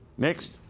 Next